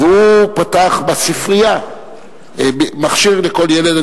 והוא פתח בספרייה מחשב לכל ילד.